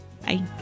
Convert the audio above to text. Bye